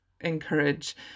encourage